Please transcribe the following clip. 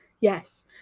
yes